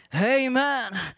Amen